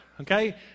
okay